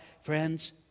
Friends